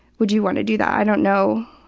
would you want to do that? i don't know.